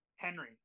henry